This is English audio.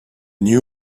new